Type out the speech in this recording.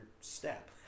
step